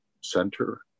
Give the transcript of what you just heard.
center